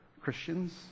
Christians